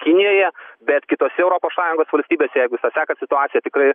kinijoje bet kitose europos sąjungos valstybėse jeigu jus susekat situaciją tikrai